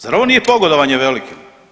Zar ovo nije pogodovanje velikim?